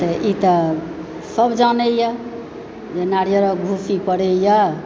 तऽ ई तऽ सब जानैया जे नारियरक भूसी पड़ैया